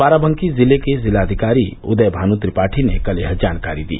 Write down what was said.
बाराबंकी के जिलाधिकारी उदय भानु त्रिपाठी ने कल यह जानकारी दी